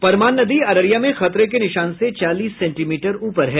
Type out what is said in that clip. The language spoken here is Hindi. परमान नदी अररिया में खतरे के निशान से चालीस सेंटीमीटर ऊपर है